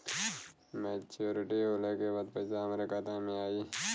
Maturity होले के बाद पैसा हमरे खाता में आई?